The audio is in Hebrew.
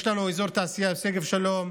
יש לנו את אזור התעשייה בשגב שלום,